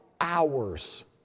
hours